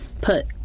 put